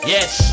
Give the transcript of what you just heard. Yes